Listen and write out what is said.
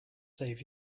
save